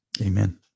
Amen